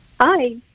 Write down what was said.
Hi